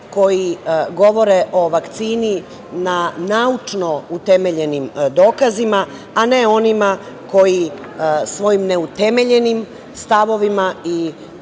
koji govore o vakcini na naučno utemeljenim dokazima, a ne onima koji svojim neutemeljenim stavovima i